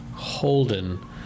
Holden